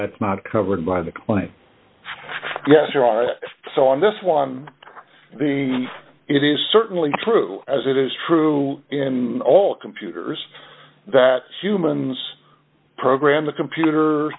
that's not covered by the coin yes there are so on this one it is certainly true as it is true in all computers that humans program the computer